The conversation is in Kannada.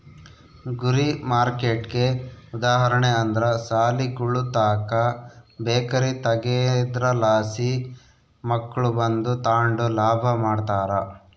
ಗುರಿ ಮಾರ್ಕೆಟ್ಗೆ ಉದಾಹರಣೆ ಅಂದ್ರ ಸಾಲಿಗುಳುತಾಕ ಬೇಕರಿ ತಗೇದ್ರಲಾಸಿ ಮಕ್ಳು ಬಂದು ತಾಂಡು ಲಾಭ ಮಾಡ್ತಾರ